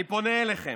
אני פונה אליכם: